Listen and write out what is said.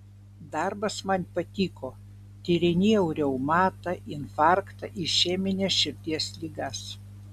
darbas man patiko tyrinėjau reumatą infarktą išemines širdies ligas